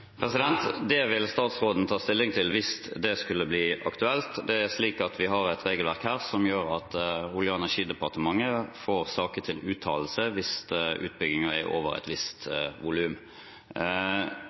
Det vil statsråden ta stilling til hvis det skulle bli aktuelt. Det er slik at vi har et regelverk her som gjør at Olje- og energidepartementet får saker til uttalelse hvis utbyggingen er over et visst